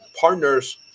partners